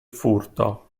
furto